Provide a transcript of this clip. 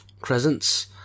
crescents